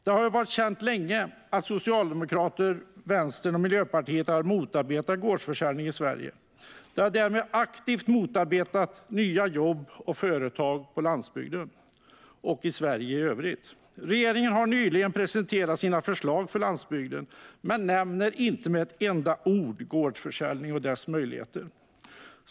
Det har varit känt länge att Socialdemokraterna, Vänstern och Miljöpartiet har motarbetat gårdsförsäljning i Sverige. De har därmed aktivt motarbetat nya jobb och företag på landsbygden och i Sverige i övrigt. Regeringen har nyligen presenterat sina förslag för landsbygden men nämner inte med ett enda ord gårdsförsäljningen och dess möjligheter.